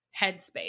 headspace